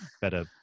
better